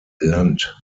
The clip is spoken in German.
land